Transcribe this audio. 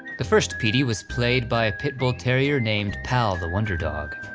the first petey was played by a pitbull terrier named pal the wonder dog.